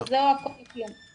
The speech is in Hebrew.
שזה או הכול או כלום.